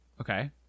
Okay